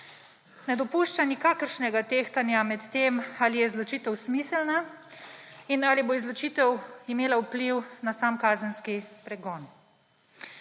Ne dopušča nikakršnega tehtanja med tem, ali je izločitev smiselna in ali bo izločitev imela vpliv na sam kazenski pregon.